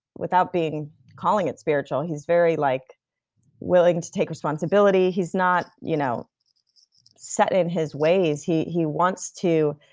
without being calling it spiritual, he's very like willing to take responsibility. he's not you know set in his ways. he he wants to.